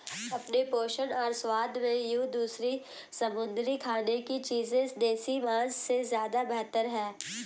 अपने पोषण और स्वाद में ये दूसरी समुद्री खाने की चीजें देसी मांस से ज्यादा बेहतर है